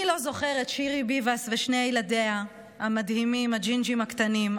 מי לא זוכרת את שירי ביבס ושני ילדיה המדהימים הג'ינג'ים הקטנים,